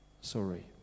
sorry